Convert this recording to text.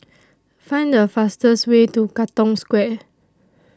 Find A fastest Way to Katong Square